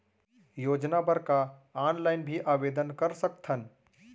योजना बर का ऑनलाइन भी आवेदन कर सकथन?